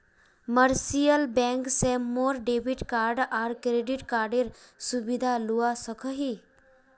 commercial bank से मोर debit card आर क्रेडिट कार्डेर सुविधा लुआ सकोही